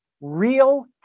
real